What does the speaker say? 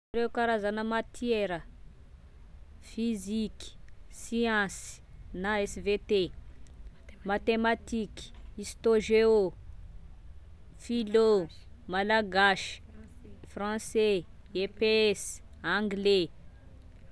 Ireo karazana matiera: fiziky, siansa na SVT, atematiky, histo géo, philo, malagasy, français, EPS, anglais